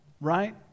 right